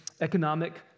economic